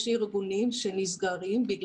יש ארגונים שנסגרים,